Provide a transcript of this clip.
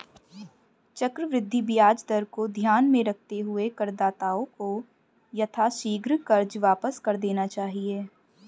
चक्रवृद्धि ब्याज दर को ध्यान में रखते हुए करदाताओं को यथाशीघ्र कर्ज वापस कर देना चाहिए